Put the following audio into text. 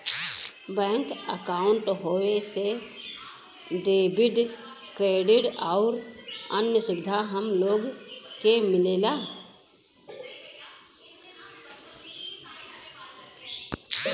bank अंकाउट होये से डेबिट, क्रेडिट आउर अन्य सुविधा हम लोग के मिलला